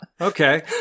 Okay